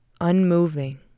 unmoving